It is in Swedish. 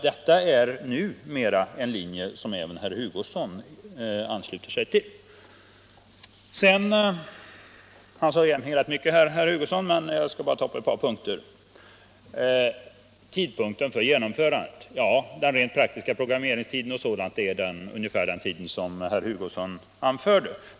Detta är numera en linje som även herr Hugosson ansluter sig till. Herr Hugosson sade rätt mycket, men jag skall bara ta upp ett par punkter. Först har vi tidpunkten för genomförandet. Den rent praktiska programmeringstiden är ungefär den tid som herr Hugosson anförde.